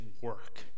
work